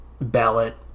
ballot